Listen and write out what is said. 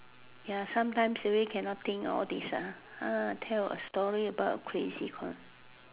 ya sometimes silly cannot think all these ah tell a story about a crazy